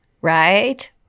Right